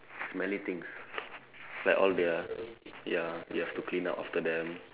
smelly things like all their ya you have to clean up after them